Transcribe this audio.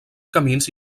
camins